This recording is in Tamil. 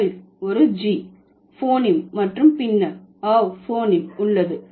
செல் ஒரு g போனீம் மற்றும் பின்னர் au போனீம் உள்ளது